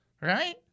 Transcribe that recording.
right